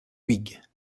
huyghe